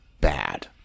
bad